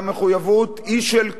והמחויבות היא של כולנו,